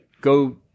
Go